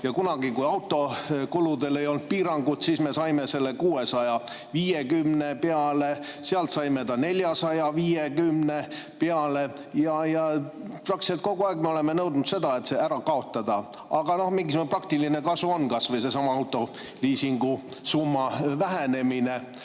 Ja kunagi, kui autokuludel ei olnud piirangut, siis me saime selle 650 [euro] peale, sealt saime ta 450 peale. Praktiliselt kogu aeg me oleme nõudnud selle kaotamist, aga mingisugune praktiline kasu on, kas või seesama autoliisingusumma vähenemine.